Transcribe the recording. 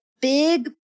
big